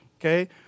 Okay